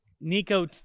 Nico